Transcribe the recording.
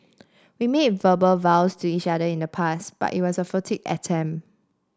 we made verbal vows to each other in the past but it was a attempt